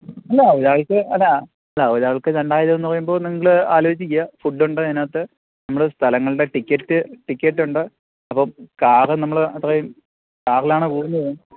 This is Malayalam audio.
അല്ല ഒരാൾക്ക് അല്ല അല്ല ഒരാൾക്ക് രണ്ടായിരമെന്നു പറയുമ്പോള് നിങ്ങള് ആലോചിക്കുക ഫുഡുണ്ട് അതിനകത്ത് നമ്മള് സ്ഥലങ്ങളുടെ ടിക്കറ്റ് ടിക്കറ്റുണ്ട് അപ്പോള് കാര് നമ്മള് അത്രയും കാറിലാണു പോകുന്നത്